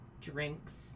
drinks